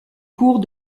cours